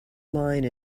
line